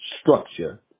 structure